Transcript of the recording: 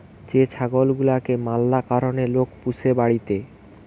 যে ছাগল গুলাকে ম্যালা কারণে লোক পুষে বাড়িতে